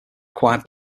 acquired